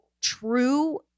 true